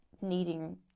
needing